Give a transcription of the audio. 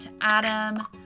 adam